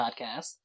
podcast